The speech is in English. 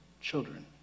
children